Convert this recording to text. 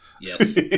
Yes